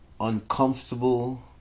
Uncomfortable